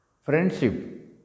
Friendship